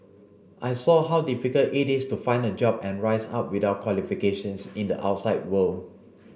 I saw how difficult it is to find a job and rise up without qualifications in the outside world